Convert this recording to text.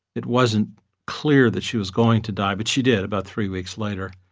it wasn't clear that she was going to die, but she did, about three weeks later.